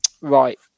right